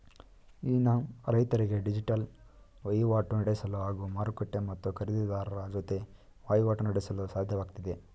E NAM ರೈತರಿಗೆ digital ವಹಿವಾಟು ನಡೆಸಲು ಹಾಗೂ ಮಾರುಕಟ್ಟೆ ಮತ್ತು ಖರೀದಿರಾರರ ಜೊತೆ ವಹಿವಾಟು ನಡೆಸಲು ಸಾಧ್ಯವಾಗ್ತಿದೆ